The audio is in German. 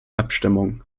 abstimmung